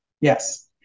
Yes